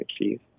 achieve